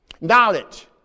knowledge